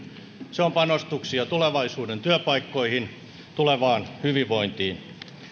se on panostuksia tulevaisuuden työpaikkoihin tulevaan hyvinvointiin